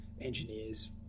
engineers